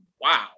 wow